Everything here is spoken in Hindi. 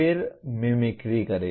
फिर मिमिक्री करें